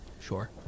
Sure